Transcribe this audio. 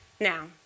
Now